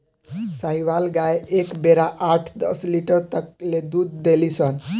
साहीवाल गाय एक बेरा आठ दस लीटर तक ले दूध देली सन